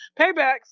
Paybacks